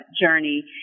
journey